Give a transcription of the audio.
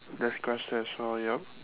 there's grass there so yup